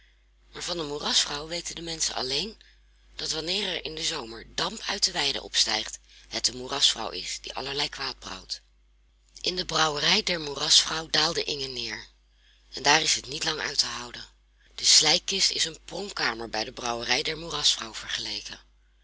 van de moerasvrouw weten de menschen alleen dat wanneer er in den zomer damp uit de weiden opstijgt het de moerasvrouw is die allerlei kwaad brouwt in de brouwerij der moerasvrouw daalde inge neer en daar is het niet lang uit te houden de slijkkist is een pronkkamer bij de brouwerij der moerasvrouw vergeleken